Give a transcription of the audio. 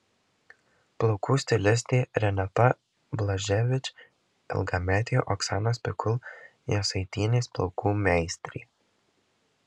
plaukų stilistė renata blaževič ilgametė oksanos pikul jasaitienės plaukų meistrė